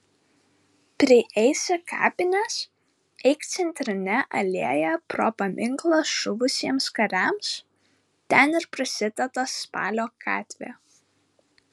prieisi kapines eik centrine alėja pro paminklą žuvusiems kariams ten ir prasideda spalio gatvė